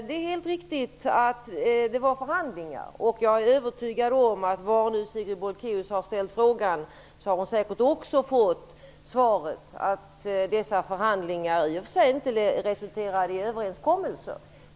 Det är helt riktigt att det fördes förhandlingar, och jag är övertygad om att var nu Sigrid Bolkéus har ställt frågan, har hon säkert fått svaret att dessa förhandlingar i och för sig inte resulterade i överenskommelser.